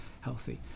healthy